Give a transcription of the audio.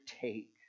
take